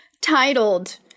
titled